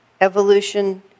Evolution